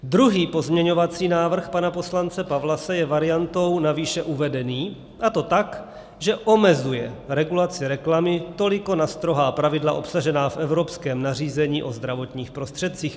Druhý pozměňovací návrh pana poslance Pawlase je variantou na výše uvedený, a to tak, že omezuje regulaci reklamy toliko na strohá pravidla obsažená v evropském nařízení o zdravotních prostředcích.